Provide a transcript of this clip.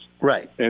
Right